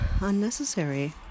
unnecessary